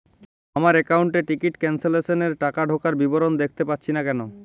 আমার একাউন্ট এ ticket cancellation এর টাকা ঢোকার বিবরণ দেখতে পাচ্ছি না কেন?